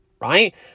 right